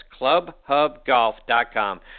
clubhubgolf.com